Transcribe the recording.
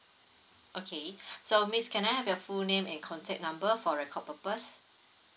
okay so miss can I have your full name and contact number for record purpose